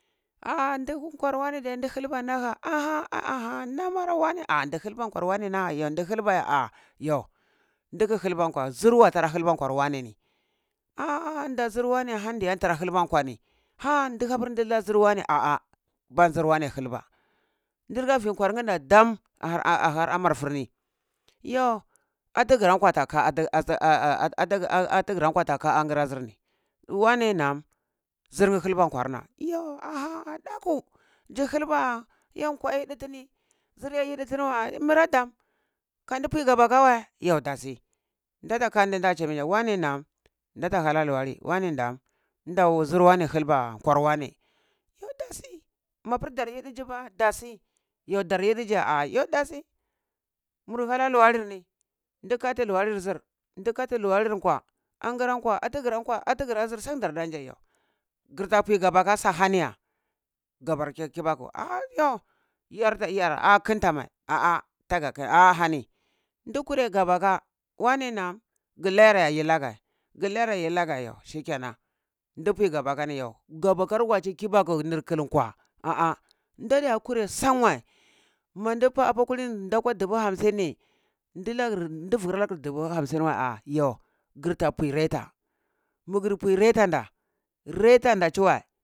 A du kwar wani de, du khiba naha aha! Aha! Namar wane a du khiba kwar wane yo du khilba ya, ah yoh dihi khilba kwa, zir wa hra khilba kwar wane ni? Aha nda zir wane handiya tara khilba kwani, ha dihapur dilazir wani a a ba zir wane khilba dirka vi kwarn da dam ahar amar fur ni, yoh atigra kwa ta ka angira zirni wani nɗam zir khilba kwa na, oh aha daku da khilbah? Yo kwaye yidi tini zirye yidi tiniwei murei dam kandi pue ka baka wei yo datsi data kam di da cemai wane na'am data ha la luwali wane na'am da wu zir wane khilba kwar wane yo datsi mapur da yidi jiba datsi yo daryidi ji yo datsi yo daryidi ji yo datsi mur hala luwalirni du kafu lwalir zir, du kati luwalur kwa, angram kwa, atgran kwa, atgran nzir san darda jeyoh girta pwe gabaka sa ahaniya gabake kibaku ahyo yarta ya a khinta mei a a tagata a hani du kurei gabaka, wane nɗam gilayar ya? Ah yi lagya, gi layar ya? Yi lagya yo shikenan di pue ga bakaniyo. Gabakar wachi kibaku nir khin kwa a a dadaye kure san wei manda pa apa kulini dae kwa dubu hamssinni ndlagir ndivulag dubu hamsin ah yo girta pue reta magir pwe reta, retan da duwei